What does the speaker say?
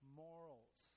morals